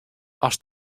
ast